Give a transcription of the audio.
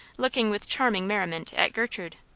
looking with charming merriment at gertrude.